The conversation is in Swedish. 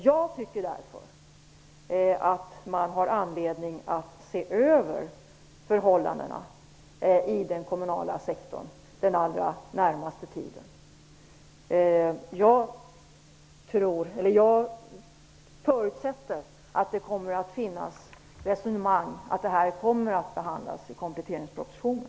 Jag tycker därför att det finns anledning att se över förhållandena i den kommunala sektorn under den närmaste tiden. Jag förutsätter att denna fråga kommer att behandlas i kompletteringspropositionen.